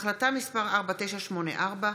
החלטה מס' 4983,